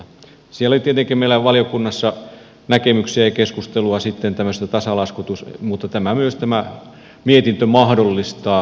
siellä oli tietenkin meillä valiokunnassa näkemyksiä ja keskustelua sitten tämmöisestä tasalaskutuksesta mutta myös tämä mietintö mahdollistaa tämän